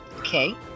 Okay